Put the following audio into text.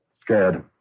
Scared